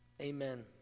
Amen